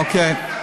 אוקיי.